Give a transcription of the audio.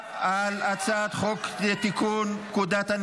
כי אנחנו נדאג שהאמירה הזאת תוציא אותך